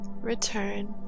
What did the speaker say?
Return